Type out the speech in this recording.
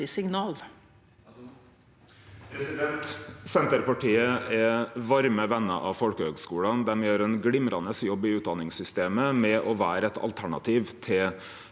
Senterpartiet er varme vener av folkehøgskulane. Dei gjer ein glimrande jobb i utdanningssystemet ved å vere eit alternativ til